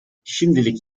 şimdilik